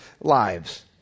lives